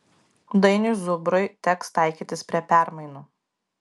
dainiui zubrui teks taikytis prie permainų